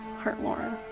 hurt lauren,